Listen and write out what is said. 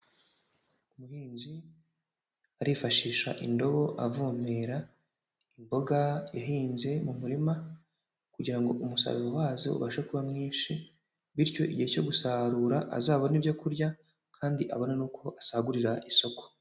Umuhinzi arifashisha indobo avomera imboga yahinze mu murima kugira ngo umusaruro wazo ubashe kuba mwinshi, bityo igihe cyo gusarura azabone ibyo kurya kandi abona n'uko asagurira isoko.